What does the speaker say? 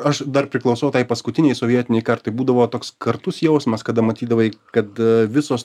aš dar priklausau tai paskutinei sovietinei kartai būdavo toks kartus jausmas kada matydavai kad visos